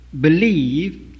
believe